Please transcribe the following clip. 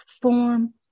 form